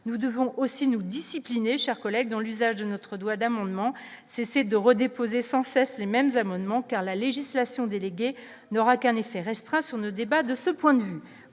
nous devons aussi nous discipliner chers collègues dans l'usage de notre doit d'amendements, cesser de redéposer sans cesse les mêmes abonnements car la législation délégué n'aura qu'un effet restera sur le débat de ce point de vue,